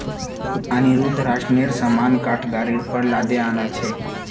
अनिरुद्ध राशनेर सामान काठ गाड़ीर पर लादे आ न छेक